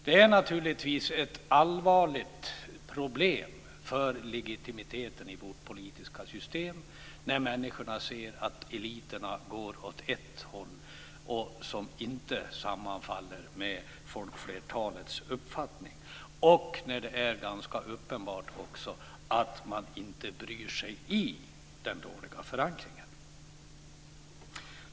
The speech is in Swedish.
Det är naturligtvis ett allvarligt problem för legitimiteten i vårt politiska system när människorna ser att eliterna går åt ett håll som inte sammanfaller med folkflertalets uppfattning och när det också är ganska uppenbart att man inte bryr sig om den dåliga förankringen.